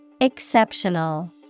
Exceptional